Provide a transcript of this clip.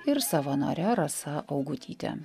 ir savanore rasa augutyte